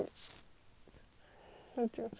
不用紧这是我的不错